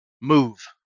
move